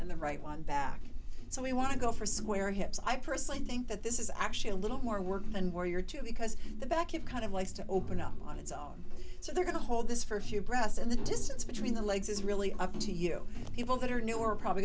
and the right one back so we want to go for square hips i personally think that this is actually a little more work than where you're too because the back it kind of likes to open up on its own so they're going to hold this for a few just in the distance between the legs is really up to you people that are new are probably